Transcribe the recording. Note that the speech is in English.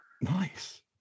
Nice